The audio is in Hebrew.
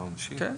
כן.